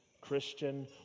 Christian